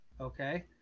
Okay